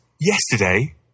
Yesterday